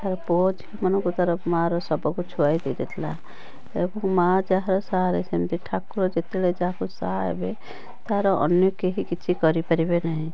ତା ପୁଅଝିଅମାନଙ୍କୁ ତାର ମାଁର ଶବକୁ ଛୁଆଁଇ ଦେଇନଥିଲା ମାଁ ଯାହାର ସାହା ହେବେ ସେମିତି ଠାକୁର ଯେତେବେଳେ ଯାହାକୁ ସାହା ହେବେ ତାର ଅନ୍ୟ କେହି କିଛି କରିପାରିବେ ନାହିଁ